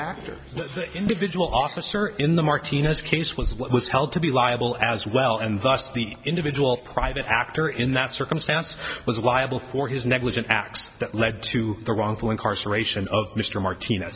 the individual officer in the martinez case was what was held to be liable as well and thus the individual private actor in that circumstance was liable for his negligent acts that led to the wrongful incarceration of mr martinez